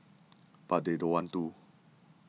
but they don't want to